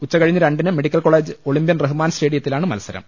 ഉച്ച കഴിഞ്ഞ് രണ്ടിന് മെഡിക്കൽ കോളെജ് ഒളിമ്പ്യൻ റഹ്മാൻ സ്റ്റേഡിയത്തിലാണ് മത്സരം